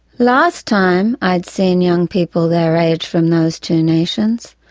last time i'd seen young people their age from those two nations,